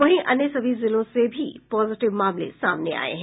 वहीं अन्य सभी जिलों से भी पॉजिटिव मामले सामने आये हैं